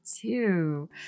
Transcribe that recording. two